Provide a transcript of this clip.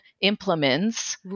implements